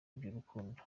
iby’urukundo